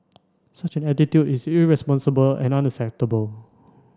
such an attitude is irresponsible and unacceptable